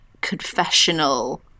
confessional